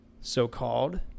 so-called